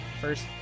First